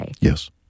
Yes